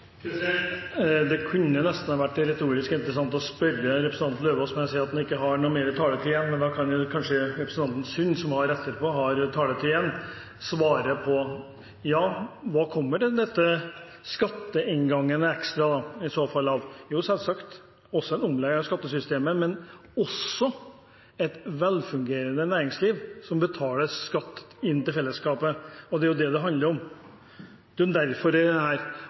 Det kunne nesten vært retorisk interessant å spørre representanten Lauvås, men jeg ser at han ikke har mer taletid igjen. Kanskje kan representanten Sund, som har ordet etter meg, og som har taletid igjen, svare på spørsmålet: Hva kommer denne ekstra skatteinngangen i så fall av? Ja, det kommer selvsagt av en omlegging av skattesystemet, men det kommer også av et velfungerende næringsliv som betaler skatt inn til fellesskapet – og det er jo det det handler om. Det er